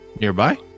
nearby